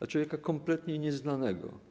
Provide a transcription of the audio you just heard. a człowieka kompletnie nieznanego.